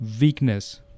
weakness